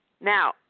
Now